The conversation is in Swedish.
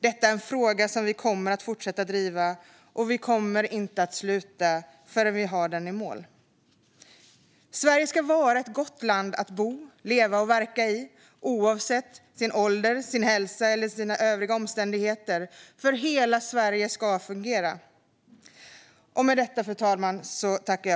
Detta är en fråga som vi kommer att fortsätta driva, och vi kommer inte att sluta förrän vi har fått den i mål. Sverige ska vara ett gott land att bo, leva och verka i, oavsett ålder, hälsa eller övriga omständigheter. Hela Sverige ska fungera.